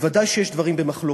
בוודאי שיש דברים במחלוקת,